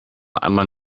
einmal